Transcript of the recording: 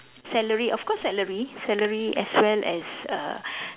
salary of course salary salary as well as uh